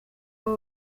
abo